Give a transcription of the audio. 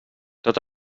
tot